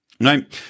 Right